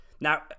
Now